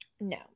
No